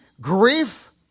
grief